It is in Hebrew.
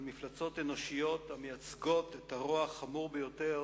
על מפלצות אנושיות המייצגות את הרוע החמור ביותר